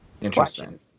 Interesting